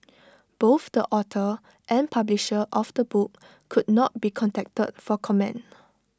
both the author and publisher of the book could not be contacted for comment